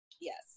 Yes